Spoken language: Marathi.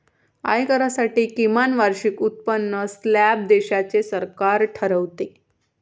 आयकरासाठी किमान वार्षिक उत्पन्न स्लॅब देशाचे सरकार ठरवते